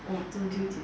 oh 中秋节